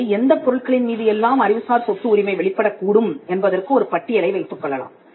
அல்லது எந்தப் பொருட்களின் மீது எல்லாம் அறிவுசார் சொத்து உரிமை வெளிப்படக் கூடும் என்பதற்கு ஒரு பட்டியலை வைத்துக் கொள்ளலாம்